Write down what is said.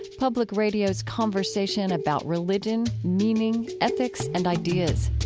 public radio's conversation about religion, meaning, ethics and ideas.